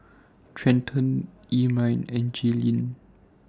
Trenten Ermine and Jalynn